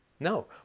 No